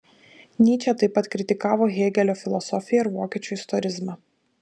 nyčė taip pat kritikavo hėgelio filosofiją ir vokiečių istorizmą